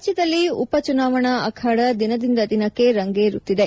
ರಾಜ್ಯದಲ್ಲಿ ಉಪ ಚುನಾವಣಾ ಅಖಾದ ದಿನದಿಂದ ದಿನಕ್ಕೆ ರಂಗೇರುತ್ತಿದೆ